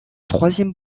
troisième